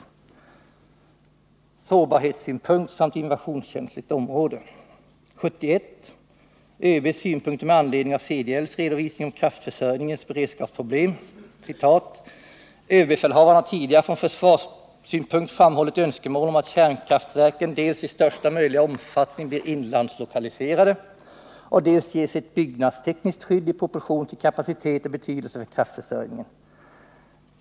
.” Från år 1971 citerar jag ur ÖB:s synpunkter med anledning av CDL:s redovisning av kraftförsörjningens beredskapsproblem: ”Överbefälhavaren har tidigare från försvarssynpunkt framhållit önskemål om att kärnkraftverken dels i största möjliga omfattning blir inlandslokaliserade och dels ges ett byggnadstekniskt skydd i proportion till kapacitet och betydelse för kraftförsörjningen.